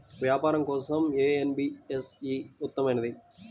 వ్యాపారం కోసం ఏ ఎన్.బీ.ఎఫ్.సి ఉత్తమమైనది?